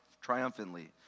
triumphantly